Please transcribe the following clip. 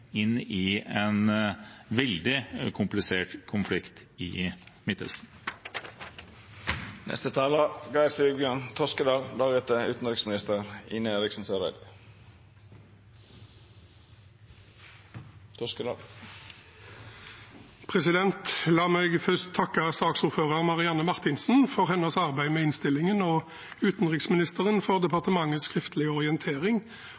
veldig komplisert konflikt i Midtøsten. La meg først takke saksordføreren, Marianne Marthinsen, for hennes arbeid med innstillingen og utenriksministeren for departementets skriftlige orientering